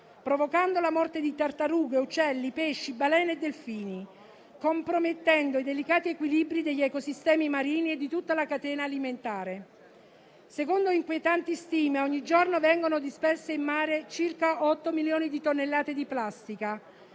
provocando la morte di tartarughe, uccelli, pesci, balene e delfini e compromettendo i delicati equilibri degli ecosistemi marini e di tutta la catena alimentare. Secondo inquietanti stime, ogni giorno vengono dispersi in mare circa 8 milioni di tonnellate di plastica,